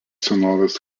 senovės